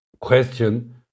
question